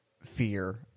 fear